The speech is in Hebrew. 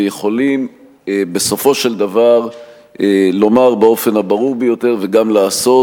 ויכולים בסופו של דבר לומר באופן הברור ביותר וגם לעשות.